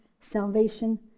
salvation